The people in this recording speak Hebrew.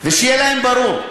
ושיהיה להם ברור,